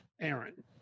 Aaron